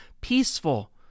peaceful